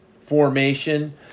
formation